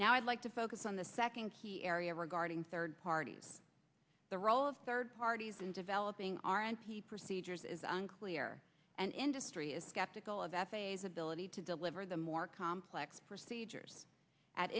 now i'd like to focus on the second key area regarding third parties the role of third parties in developing our n t procedures is unclear and industry is skeptical of f a s ability to deliver the more complex procedures at